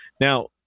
Now